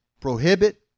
prohibit